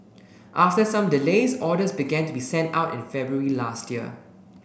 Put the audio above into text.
after some delays orders began to be sent out in February last year